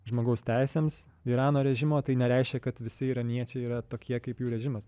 žmogaus teisėms irano režimo tai nereiškia kad visi iraniečiai yra tokie kaip jų režimas